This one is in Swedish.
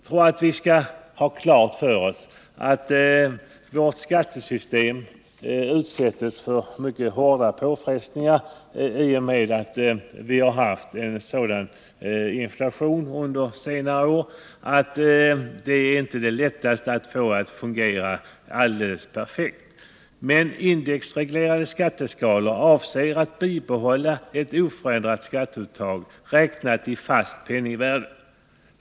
Jag tror vi bör ha klart för oss att vårt skattesystem utsätts för mycket hårda påfrestningar i och med att vi har haft en sådan inflation under senare år att det inte är det lättaste att få systemet att fungera alldeles perfekt. Men indexreglerade skatteskalor avser att bibehålla ett oförändrat skatteuttag räknat i fast penningvärde.